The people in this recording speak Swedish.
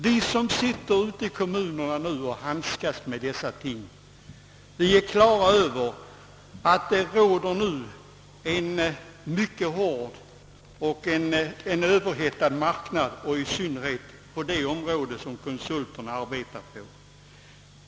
Vi som sitter ute i kommunerna och handskas med dessa ting är på det klara med att marknaden är överhettad, i synnerhet det område som konsulterna arbetar på.